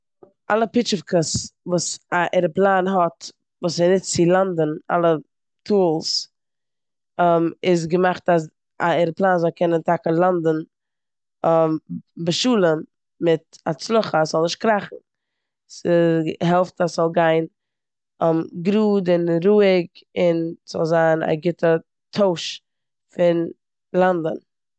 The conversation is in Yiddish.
אלע פיטשעווקעס וואס א עראפלאן האט וואס ער נוצט צו לאנדן, אלע טולס, איז געמאכט א עראפלאן זאל קענען טאקע לאנדען בשלום, מיט הצלחה אז ס'זאל נישט קראכן. ס'העלפט אז ס'זאל גיין גראד און רואיג און ס'דאל זיין א גוטע טויש פון לאנדן.